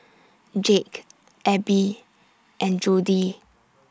Jake Abbey and Jody